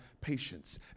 patience